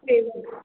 payment